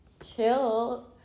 chill